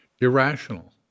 irrational